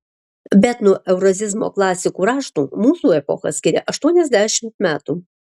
bet nuo eurazizmo klasikų raštų mūsų epochą skiria aštuoniasdešimt metų